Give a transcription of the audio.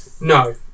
No